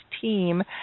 team